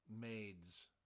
maids